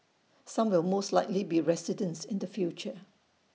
some will most likely be residents in the future